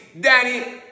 Danny